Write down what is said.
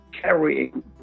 carrying